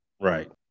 Right